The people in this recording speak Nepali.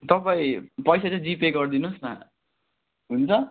तपाईँ पैसा चाहिँ जिपे गरिदिनुहोस् न हुन्छ